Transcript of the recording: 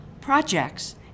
projects